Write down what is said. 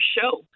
show